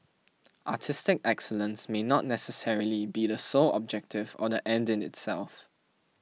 artistic excellence may not necessarily be the sole objective or the end in itself